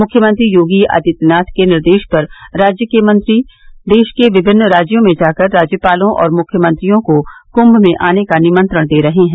मुख्यमंत्री योगी आदित्यनाथ के निर्देश पर राज्य के मंत्री देश के विभिन्न राज्यों में जाकर राज्यपालों और मुख्यमंत्रियों को कुंभ में आने का निमंत्रण दे रहे हैं